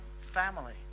family